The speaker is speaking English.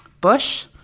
Bush